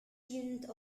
student